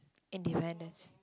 independence